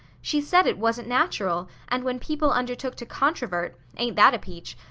she said it wasn't natural, and when people undertook to controvert ain't that a peach?